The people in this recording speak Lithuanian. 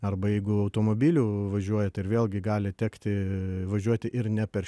arba jeigu automobiliu važiuojat ir vėlgi gali tekti važiuoti ir ne per